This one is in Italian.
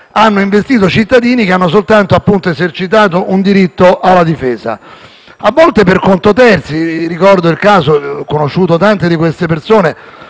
hanno investito cittadini che hanno soltanto, appunto, esercitato un diritto alla difesa, a volte per conto terzi: ho conosciuto tante di queste persone